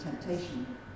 temptation